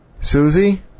Susie